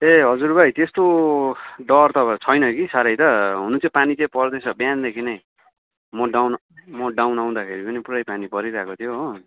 ए हजुर भाइ त्यस्तो डर त छैन कि साह्रै त हुनु चाहिँ पानी चाहिँ पर्दैछ बिहानदेखि नै म डाउन म डाउन आउँदाखेरि पनि पुरै पानी परिरहेको थियो हो